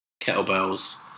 kettlebells